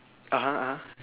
(uh huh) (uh huh)